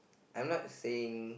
I'm not saying